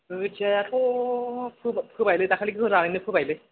खोथियायाथ' फोबायलै दाखालि गोरानैनो फोबायलै